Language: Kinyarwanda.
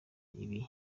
ibi